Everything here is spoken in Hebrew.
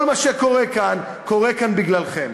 כל מה שקורה כאן קורה בגללכם.